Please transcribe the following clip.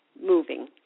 moving